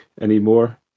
anymore